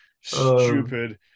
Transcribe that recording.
stupid